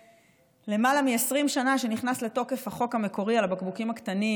למעלה מ-20 שנה אחרי שנכנס לתוקף החוק המקורי על הבקבוקים הקטנים